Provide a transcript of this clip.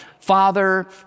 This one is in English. father